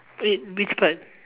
wait which part